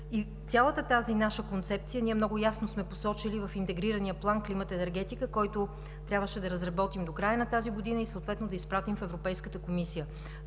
цялата тази наша концепция ние много ясно сме посочили в интегрирания план „Енергетика и климат“, който трябваше да разработим до края на тази година и съответно да изпратим в Европейската комисия.